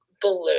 blue